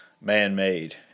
man-made